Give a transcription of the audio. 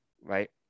Right